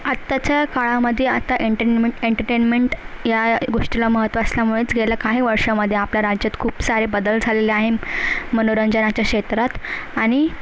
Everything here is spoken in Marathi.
आत्ताच्या काळामध्ये आत्ता एंटेन्मेन्ट एंटरटेनमेन्ट या गोष्टीला महत्व असल्यामुळेच गेल्या काही वर्षामध्ये आपल्या राज्यात खूप सारे बदल झालेले आहे मनोरंजनाच्या क्षेत्रात आणि